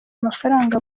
amafaranga